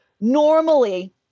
normally